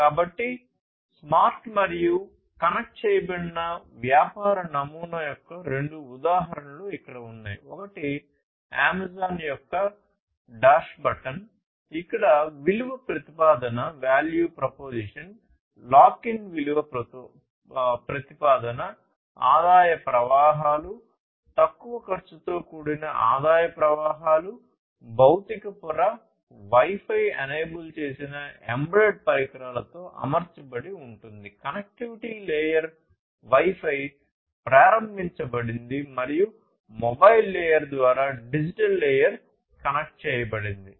కాబట్టి స్మార్ట్ మరియు కనెక్ట్ చేయబడిన వ్యాపార నమూనా యొక్క రెండు ఉదాహరణలు ఇక్కడ ఉన్నాయి ఒకటి అమెజాన్ యొక్క డాష్ బటన్ ఇక్కడ విలువ ప్రతిపాదన వై ఫై ఎనేబుల్ చేసిన ఎంబెడెడ్ పరికరాలతో అమర్చబడి ఉంటుంది కనెక్టివిటీ లేయర్ వై ఫై ప్రారంభించబడింది మరియు మొబైల్ లేయర్ ద్వారా డిజిటల్ లేయర్ కనెక్ట్ చేయబడింది